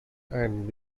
and